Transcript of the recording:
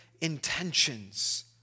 intentions